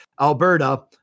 Alberta